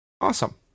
awesome